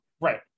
Right